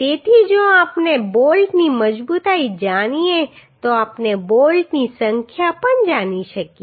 તેથી જો આપણે બોલ્ટની મજબૂતાઈ જાણીએ તો આપણે બોલ્ટની સંખ્યા પણ જાણી શકીએ